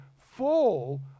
full